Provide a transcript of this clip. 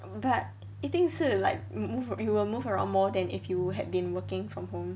orh but eating 是 like move you will move around more than if you had been working from home